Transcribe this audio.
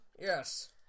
Yes